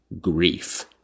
grief